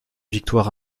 victoire